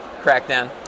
crackdown